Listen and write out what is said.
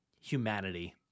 humanity